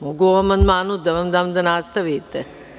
Mogu o amandmanu da vam dam da nastavite.